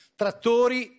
trattori